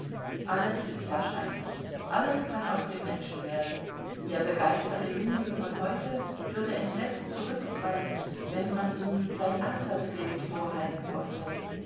alles ist wahrscheinlich alles kann aus dem menschen werden der begeisterte jüngling von heute würde entsetzt zurückprallen wenn man ihm sein altersbild vorhalten wollte